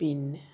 പിന്നെ